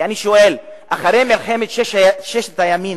ואני שואל: אחרי מלחמת ששת הימים,